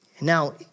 Now